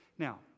Now